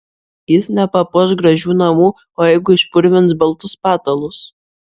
jis nepapuoš gražių namų o jeigu išpurvins baltus patalus